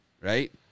right